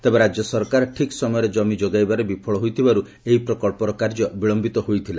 ତେବେ ରାଜ୍ୟ ସରକାର ଠିକ୍ ସମୟରେ ଜମି ଯୋଗାଇବାରେ ବିଫଳ ହୋଇଥିବାରୁ ଏହି ପ୍ରକଳ୍ପର କାର୍ଯ୍ୟ ବିଳୟିତ ହୋଇଥିଲା